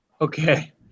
okay